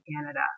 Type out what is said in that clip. Canada